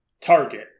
Target